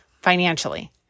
financially